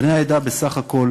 בני העדה בסך הכול